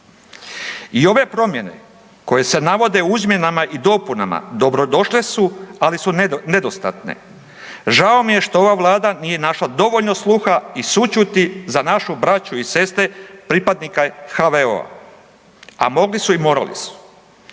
I ove promjene koje se navode u izmjenama i dopunama dobro došle su, ali su nedostatne. Žao mi je što ova Vlada nije našla dovoljno sluha i sućuti za našu braću i sestre pripadnike HVO-a a mogli su i morali su.